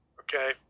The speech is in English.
okay